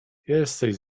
jesteś